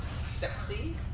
sexy